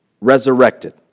resurrected